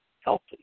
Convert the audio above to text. healthy